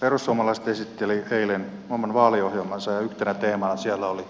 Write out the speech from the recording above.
perussuomalaiset esitteli eilen oman vaaliohjelmansa ja yhtenä teemana siellä oli